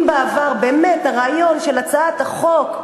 אם בעבר באמת הרעיון של הצעת החוק,